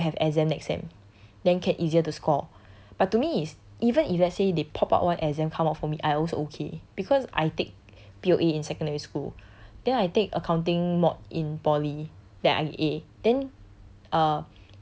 uh minor we have exam next sem then can easier to score but to me is even if let's say they pop up one exam come up for me I also okay because I take P_O_A in secondary school then I take accounting mod in poly that I'm a then